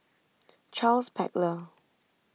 Charles Paglar